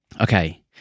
Okay